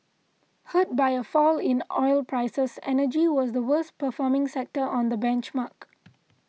hurt by a fall in oil prices energy was the worst performing sector on the benchmark